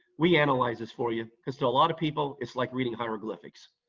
we analyze this for you because to a lot of people, it's like reading hieroglyphics.